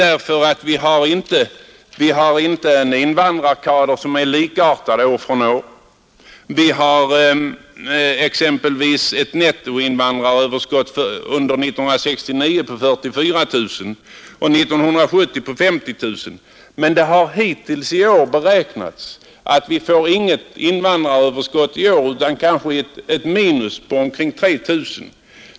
Vår invandrarkader är nämligen inte likartad år från år. Vi hade exempelvis ett nettoinvandraröverskott under 1969 på 44 000 och 1970 på 50 000, medan de hittillsvarande beräkningarna för detta år visar att vi inte får något invandraröverskott utan kanske ett minus på omkring 3 000.